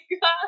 God